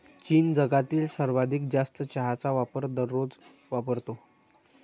चीन जगातील सर्वाधिक जास्त चहाचा वापर दररोज वापरतो